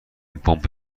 پمپ